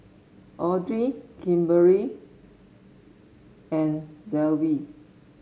Audry Kimberli and Delwin